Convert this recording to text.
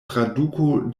traduko